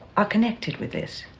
are connected with this,